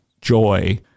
joy